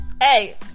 Hey